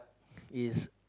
is